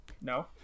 no